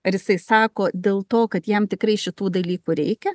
ar jisai sako dėl to kad jam tikrai šitų dalykų reikia